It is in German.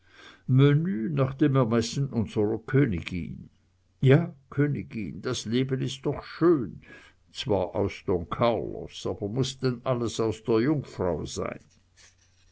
nach dem ermessen unserer königin ja königin das leben ist doch schön zwar aus don carlos aber muß denn alles aus der jungfrau sein